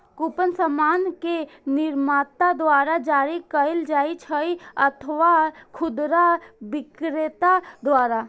coupon सामान के निर्माता द्वारा जारी कैल जाइ छै अथवा खुदरा बिक्रेता द्वारा